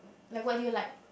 like what do you like